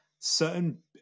certain